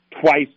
twice